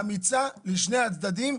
אמיצה לשני הצדדים,